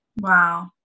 Wow